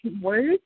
words